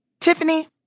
Tiffany